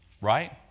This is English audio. Right